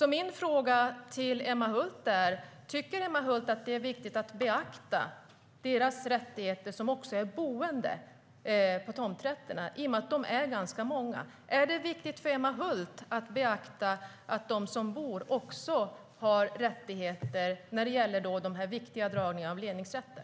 Mina frågor till Emma Hult är alltså: Tycker Emma Hult att det är viktigt att beakta deras rättigheter som också är boende på tomträtterna, i och med att de är ganska många? Är det viktigt för Emma Hult att beakta att de som bor också har rättigheter när det gäller de viktiga dragningarna av ledningsrätter?